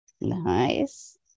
Nice